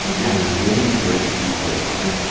and i was waiting for it to be over.